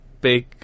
Big